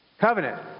Covenant